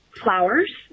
flowers